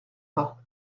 pas